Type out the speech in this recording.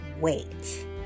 wait